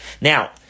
Now